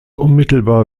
unmittelbar